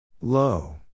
Low